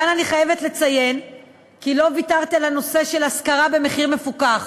כאן אני חייבת לציין כי לא ויתרתי על הנושא של השכרה במחיר מפוקח.